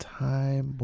time